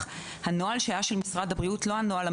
לא הייתה עמידה בנוהל המקורי של משרד הבריאות.